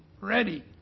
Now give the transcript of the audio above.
ready